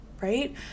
right